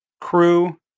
Crew